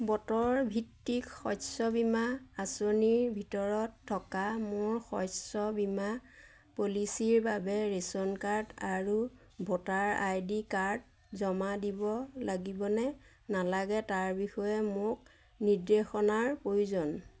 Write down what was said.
বতৰ ভিত্তিক শস্য বীমা আঁচনিৰ ভিতৰত থকা মোৰ শস্য বীমা পলিচীৰ বাবে ৰেচন কাৰ্ড আৰু ভোটাৰ আই ডি কাৰ্ড জমা দিব লাগিবনে নালাগে তাৰ বিষয়ে মোক নিৰ্দেশনাৰ প্ৰয়োজন